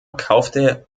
kaufte